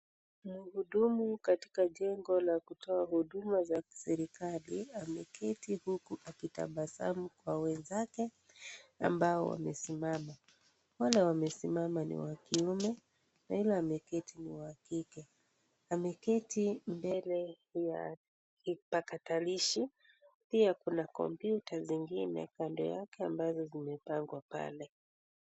Mhudumu katika jengo la kutoa huduma za kiserikali ameketi huku akitabasamu kwa wenzake ambao wamesimama. Wale wamesimama ni wa kiume, na yule ameketi ni wa kike. Ameketi mbele ya kipakatalishi, pia kuna kompyuta zingine kando yake ambazo zimepangwa pale.